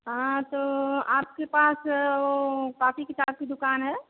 हाँ तो आपके पास वह कापी किताब की दुकान है